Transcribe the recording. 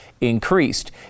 increased